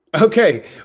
Okay